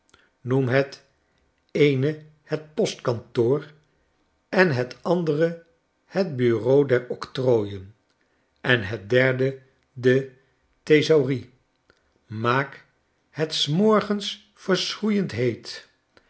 noem het eene het postkantoor het andere het bureau der octrooien en het derde de thesaurie maak het s morgens verschroeiend heet